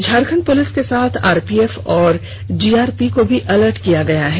Jharkhand police के साथ RPF और जीआरपी को भी अलर्ट किया गया है